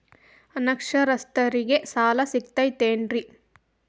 ಅನಕ್ಷರಸ್ಥರಿಗ ಸಾಲ ಸಿಗತೈತೇನ್ರಿ?